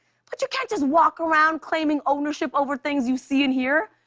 but you can't just walk around claiming ownership over things you see and hear.